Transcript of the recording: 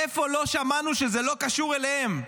איפה לא שמענו שזה לא קשור אליהם.